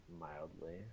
mildly